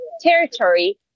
territory